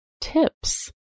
tips